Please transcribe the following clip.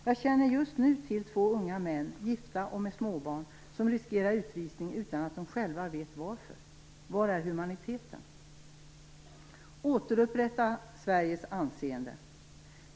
Jag känner just nu till två unga män, gifta och med småbarn, som riskerar utvisning utan att de själva vet varför. Var är humaniteten. Återupprätta Sveriges anseende!